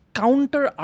counter